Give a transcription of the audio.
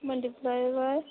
multiply by